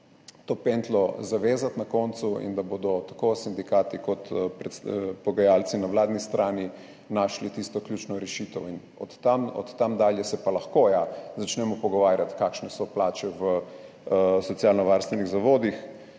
to pentljo na koncu zavezati in da bodo tako sindikati kot pogajalci na vladni strani našli tisto ključno rešitev. Od tam dalje pa se lahko začnemo pogovarjati, kakšne so plače v socialnovarstvenih zavodih,